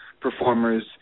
performers